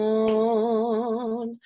on